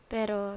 Pero